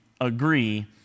agree